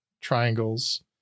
triangles